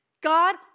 God